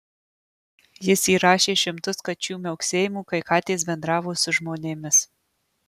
jis įrašė šimtus kačių miauksėjimų kai katės bendravo su žmonėmis